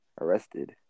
arrested